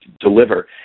deliver